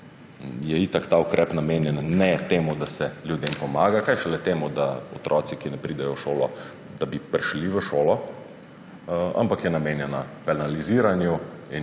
Itak ta ukrep ni namenjen temu, da se ljudem pomaga, kaj šele temu, da bi otroci, ki ne pridejo v šolo, prišli v šolo, ampak je namenjen penaliziranju in